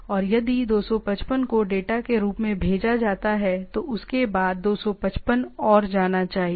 और यदि 255 को डेटा के रूप में भेजा जाता है तो उसके बाद 255 और जाना चाहिए